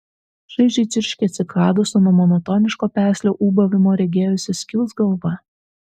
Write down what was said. šaižiai čirškė cikados o nuo monotoniško peslio ūbavimo regėjosi skils galva